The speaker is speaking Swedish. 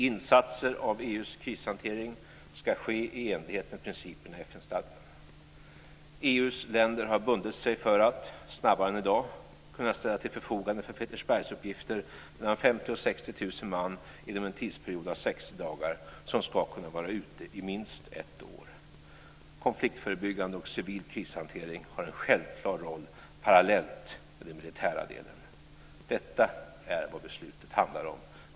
· Insatser av EU:s krishantering ska ske i enlighet med principerna i FN-stadgan. · EU:s länder har bundit sig för att snabbare än i dag kunna ställa till förfogande för Petersbergsuppgifter mellan 50 000 och 60 000 man inom en tidsperiod av 60 dagar som ska kunna vara ute i minst ett år. · Konfliktförebyggande och civil krishantering har en självklar roll parallellt med den militära delen. Detta är vad beslutet handlar om.